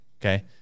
Okay